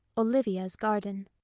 olivia's garden.